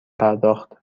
پرداخت